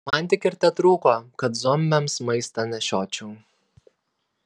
man tik ir tetrūko kad zombiams maistą nešiočiau